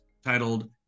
titled